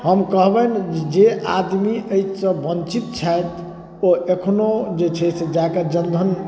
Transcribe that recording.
हम कहबनि जे आदमी अइसँ वञ्चित छथि ओ एखनो जे छै से जाकऽ जनधन